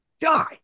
die